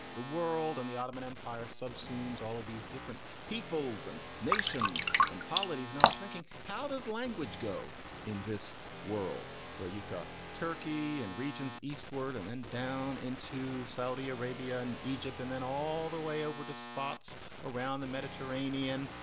the world and the ottoman empire subsumes all of these different peoples and nations and polities. and i was thinking, how does language go in this world where you've got turkey and regions eastward and then down into saudi arabia and egypt and then all the way over to spots around the mediterranean?